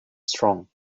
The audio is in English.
strong